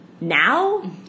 now